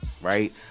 right